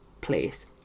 place